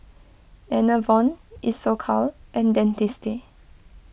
Enervon Isocal and Dentiste